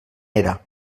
era